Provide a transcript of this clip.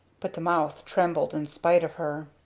but the mouth trembled in spite of her.